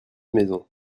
maisons